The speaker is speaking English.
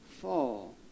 fall